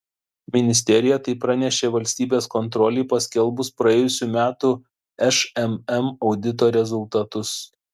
ministerija tai pranešė valstybės kontrolei paskelbus praėjusių metų šmm audito rezultatus